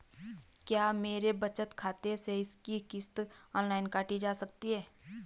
क्या मेरे बचत खाते से इसकी किश्त ऑनलाइन काटी जा सकती है?